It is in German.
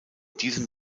diesem